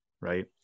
right